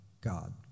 God